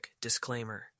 disclaimer